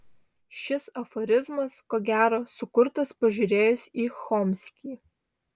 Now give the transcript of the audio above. šis aforizmas ko gero sukurtas pažiūrėjus į chomskį